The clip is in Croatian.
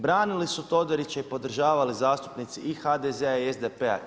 Branili su Todorića i podržavali zastupnici i HDZ-a i SDP-a.